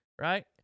Right